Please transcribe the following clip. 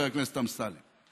חבר הכנסת אמסלם.